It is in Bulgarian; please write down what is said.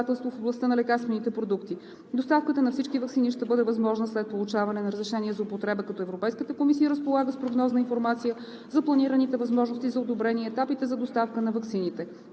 в областта на лекарствените продукти. Доставката на всички ваксини ще бъде възможна след получаване на разрешение за употреба, като Европейската комисия разполага с прогнозна информация за планираните възможности за одобрение и етапите за доставка на ваксините.